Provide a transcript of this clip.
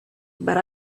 but